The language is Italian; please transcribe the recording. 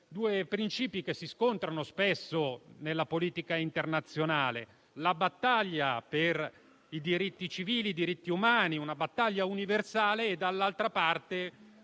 due principi che si scontrano spesso nella politica internazionale: la battaglia per i diritti civili e i diritti umani - una battaglia universale - e, dall'altra parte,